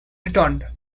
returned